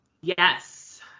Yes